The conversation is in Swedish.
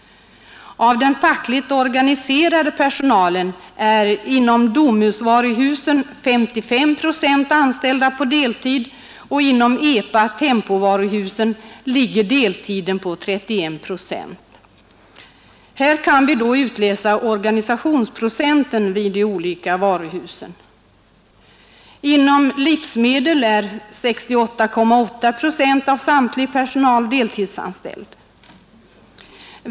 Av den fackligt organiserade personalen är inom Domusvaruhusen 55 procent anställda på deltid och inom EPA och TEMPO-varuhusen ligger deltiden på 31 procent. Här kan vi utläsa organisationsprocenten vid de olika varuhusen. Inom livsmedelsbranschen är 68,8 procent av samtlig personal deltidsanställd.